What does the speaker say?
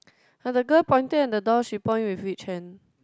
and the girl pointing at the door she point with which hand